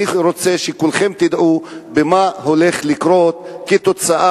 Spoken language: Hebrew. אני רוצה שכולכם תדעו מה הולך לקרות כתוצאה